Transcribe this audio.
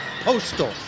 Postal